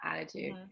attitude